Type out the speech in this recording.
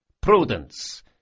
prudence